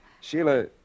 Sheila